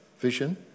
Vision